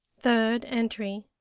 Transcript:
third entry